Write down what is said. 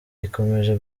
ikomeje